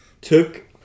took